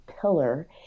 pillar